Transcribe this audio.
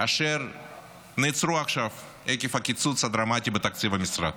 אשר נעצרו עכשיו עקב הקיצוץ הדרמטי בתקציב המשרד.